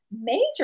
major